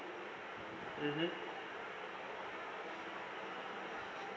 mmhmm